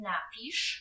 Napisz